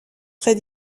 très